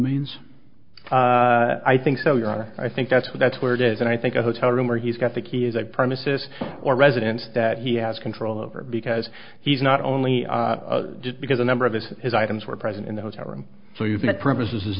means i think so your honor i think that's what that's where it is and i think a hotel room where he's got the key is a premises or residence that he has control over because he's not only just because a number of his his items were present in the hotel room so you've got purposes is